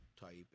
type